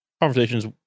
conversations